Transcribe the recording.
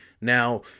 Now